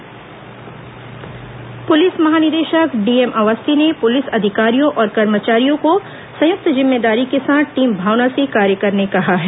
DGP नववर्ष सम्मेलन पुलिस महानिदेशक डी एम अवस्थी ने पुलिस अधिकारियों और कर्मचारियों को संयुक्त जिम्मेदारी के साथ टीम भावना से कार्य करने कहा है